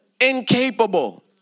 incapable